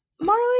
Marley